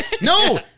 No